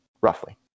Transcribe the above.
roughly